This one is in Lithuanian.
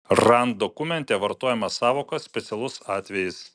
rand dokumente vartojama sąvoka specialus atvejis